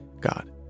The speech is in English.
God